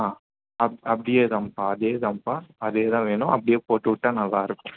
ஆ அ அப்படியேதான்ப்பா அதேதான்ப்பா அதே தான் வேணும் அப்படியே போட்டுவிட்டா நல்லாயிருக்கும்